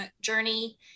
journey